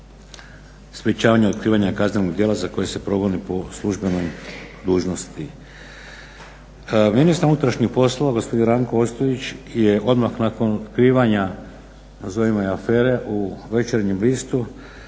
sprječavanja otkrivanja kaznenih djela za koje se …/Ne razumije se./… po službenoj dužnosti. Ministar unutrašnjih poslova gospodin Ranko Ostojić je odmah nakon otkrivanja nazovimo je afere u Večernjem listu